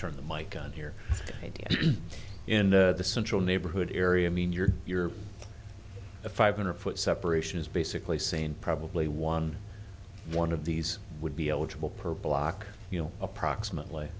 turn the mike on here in the central neighborhood area i mean you're you're a five hundred foot separation is basically saying probably one one of these would be eligible per block you know approximately